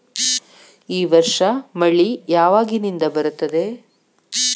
ಈ ವರ್ಷ ಮಳಿ ಯಾವಾಗಿನಿಂದ ಬರುತ್ತದೆ?